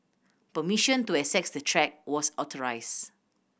permission to access the track was authorised